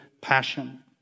passion